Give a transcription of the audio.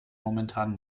momentan